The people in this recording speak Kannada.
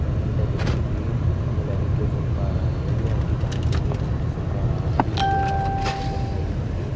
ನೀಟಾಗಿ ಹೆಚ್ಚಿಟ್ಟಿ ಆಮೇಲೆ ಅದಕ್ಕೆ ಸ್ವಲ್ಪ ಎಣ್ಣೆ ಹಾಕಿ ಬಾಂಡಲಿಗೆ ಸ್ವಲ್ಪ ಈರುಳ್ಳಿ ಎಲ್ಲ ಹಾಕಿ ಸ್ವಲ್ಪ ಫ್ರೈ ಮಾಡಿ